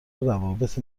روابط